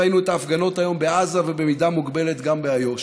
ראינו את ההפגנות היום בעזה ובמידה מוגבלת גם באיו"ש.